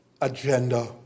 agenda